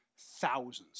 thousands